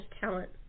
talent